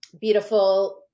beautiful